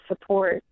support